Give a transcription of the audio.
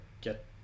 get